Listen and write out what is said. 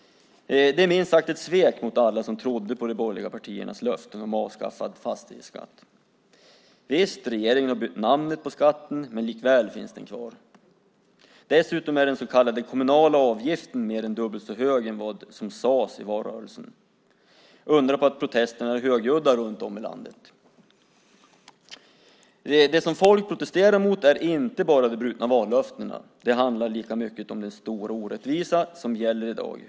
Det är minst sagt ett svek mot alla som trodde på de borgerliga partiernas löften om avskaffad fastighetsskatt. Regeringen har bytt namn på skatten, men den finns likväl kvar. Dessutom är den så kallade kommunala avgiften mer än dubbelt så hög mot vad som sades i valrörelsen. Undra på att protesterna är högljudda runt om i landet. Det som folk protesterar mot är inte bara de brutna vallöftena. Det handlar lika mycket om den stora orättvisa som gäller i dag.